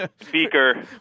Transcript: Speaker